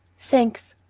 thanks!